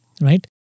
right